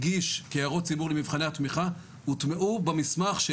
הגיש כהערות ציבור למבחני התמיכה הוטמעו במסמך.